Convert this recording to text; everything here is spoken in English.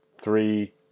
three